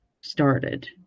started